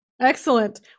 Excellent